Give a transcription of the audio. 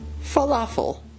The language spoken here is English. Falafel